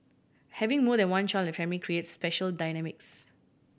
having more than one child in the family creates special dynamics